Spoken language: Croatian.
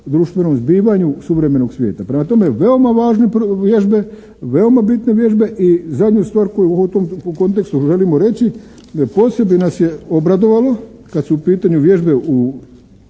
društvenom zbivanju suvremenog svijeta. Prema tome veoma važne vježbe, veoma bitne vježbe i zadnju stvar koju u tom kontekstu želimo reći, posebice nas je obradovalo kada su u pitanju vježbe